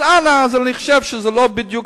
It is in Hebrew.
אז אני חושב שזה לא בדיוק